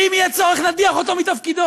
ואם יהיה צורך, נדיח אותו מתפקידו.